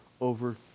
over